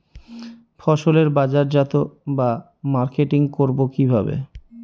ফসলের বাজারজাত বা মার্কেটিং করব কিভাবে?